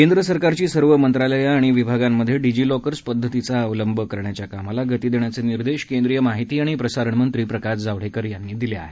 केंद्र सरकारची सर्व मंत्रालयं आणि विभागांमधे डिजी लॉकर्स पदधतीचा अवलंब करण्याच्या कामाला गती देण्याचे निर्देश केंद्रीय माहिती आणि प्रसारणमंत्री प्रकाश जावडेकर यांनी दिले आहेत